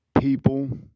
People